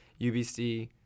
UBC